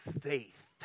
faith